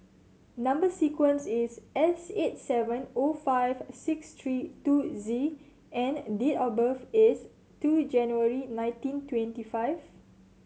number sequence is S eight seven O five six three two Z and date of birth is two January nineteen twenty five